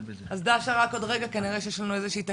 אז דאשה רק עוד רגע, כנראה שיש לנו איזושהי תקלה.